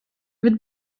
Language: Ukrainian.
від